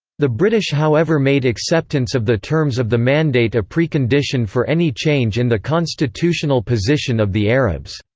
the british however made acceptance of the terms of the mandate a precondition for any change in the constitutional position of the arabs.